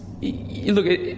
Look